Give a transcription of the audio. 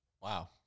Wow